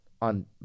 on